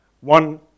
One